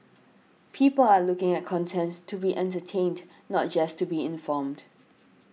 people are looking at contents to be entertained not just to be informed